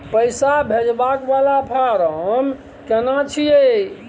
पैसा भेजबाक वाला फारम केना छिए?